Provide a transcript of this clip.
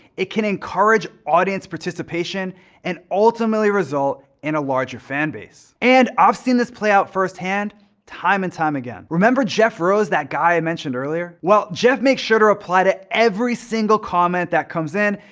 it can encourage audience participation and ultimately result in a larger fan base. and i've seen this play out first hand time and time again. remember jeff rose, that guy i mentioned earlier? well, jeff makes sure to reply to every single comment that comes in,